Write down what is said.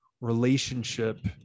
relationship